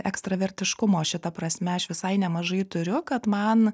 ekstravertiškumo šita prasme aš visai nemažai turiu kad man